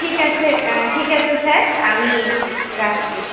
ঠিক আছে ঠিক আছে স্যার আমি রাখছি